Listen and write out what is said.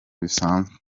bisanzwe